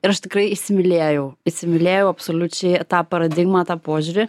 ir aš tikrai įsimylėjau įsimylėjau absoliučiai tą požiūrį